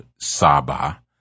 Saba